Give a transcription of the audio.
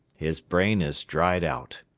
his brain is dried out.